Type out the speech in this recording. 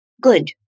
good